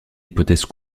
hypothèse